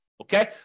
Okay